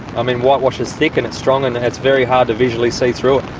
i mean whitewash is thick and it's strong and and it's very hard to visually see through it.